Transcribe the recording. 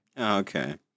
Okay